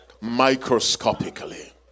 microscopically